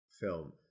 film